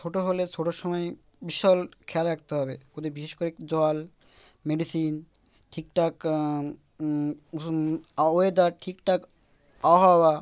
ছোটো হলে ছোটোর সময় বিশাল খেয়াল রাখতে হবে ওদের বিশেষ করে জল মেডিসিন ঠিক ঠাক ওয়েদার ঠিক ঠাক আবহাওয়া